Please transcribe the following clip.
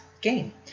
game